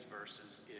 verses